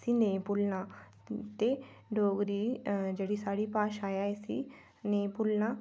इसी नेईं भुल्लना ते डोगरी जेह्ड़ी साढ़ी भाशा ऐ इसी नेईं भुल्लना